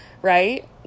Right